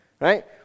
right